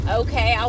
okay